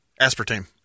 Aspartame